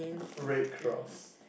red cross